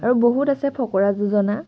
আৰু বহুত আছে ফকৰা যোজনা